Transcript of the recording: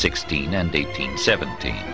sixteen and eighteen seventeen